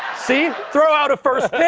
see? throw out a first